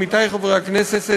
עמיתי חברי הכנסת,